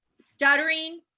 stuttering